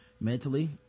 mentally